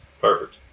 Perfect